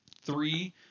three